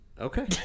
Okay